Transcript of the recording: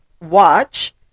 watch